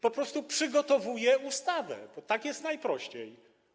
Po prostu przygotowuje ustawę, bo tak jest najprościej.